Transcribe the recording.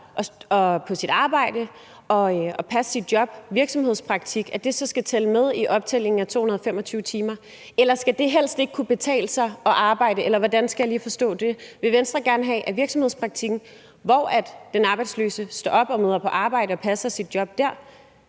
i forhold til virksomhedspraktik så skal tælle med i optællingen af de 225 timer, eller skal det helst ikke kunne betale sig at arbejde – hvordan skal jeg lige forstå det? Vil Venstre gerne have, at virksomhedspraktikken, hvor den arbejdsløse står op, møder på arbejde og passer sit job dér,